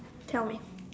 tell me